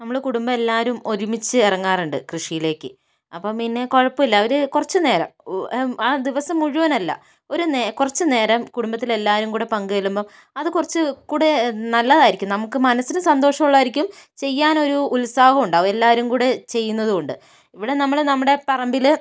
നമ്മൾ കുടുംബം എല്ലാവരും ഒരുമിച്ച് ഇറങ്ങാറുണ്ട് കൃഷിയിലേക്ക് അപ്പം പിന്നെ കുഴപ്പമില്ല അവർ കുറച്ച് നേരം അ ദിവസം മുഴുവൻ അല്ല ഒരു നേ കുറച്ചുനേരം കുടുംബത്തിലെ എല്ലാവരും കൂടി പങ്കു ചെല്ലുമ്പം അത് കുറച്ച് കൂടി നല്ലതായിരിക്കും നമ്മുക്ക് മനസ്സിന് സന്തോഷം ഉള്ളതായിരിക്കും ചെയ്യാനൊരു ഉത്സാഹം ഉണ്ടാകും എല്ലാവരും കൂടി ചെയ്യുന്നത് കൊണ്ട് ഇവിടെ നമ്മൾ നമ്മുടെ പറമ്പിൽ